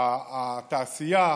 התעשייה,